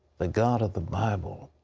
the god of the bible,